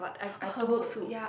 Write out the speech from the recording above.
herbal soup